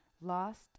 lost